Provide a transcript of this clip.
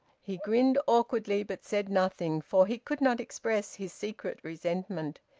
he grinned awkwardly, but said nothing, for he could not express his secret resentment.